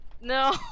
No